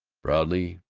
proudly,